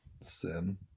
sim